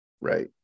Right